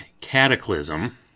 cataclysm